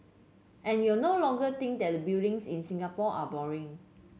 and you no longer think that the buildings in Singapore are boring